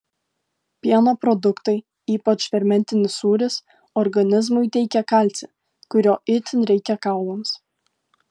pieno produktai ypač fermentinis sūris organizmui tiekia kalcį kurio itin reikia kaulams